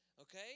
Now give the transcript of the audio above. Okay